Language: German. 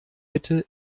mitte